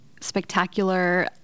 spectacular